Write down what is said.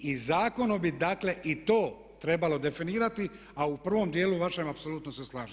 I zakonom bi dakle i to trebalo definirati a u prvom djelu vašem apsolutno se slažem.